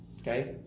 Okay